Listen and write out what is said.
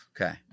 Okay